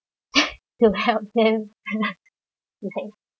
to help them right